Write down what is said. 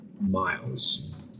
miles